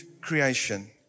creation